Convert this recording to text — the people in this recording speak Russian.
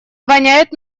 воняет